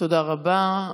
תודה רבה.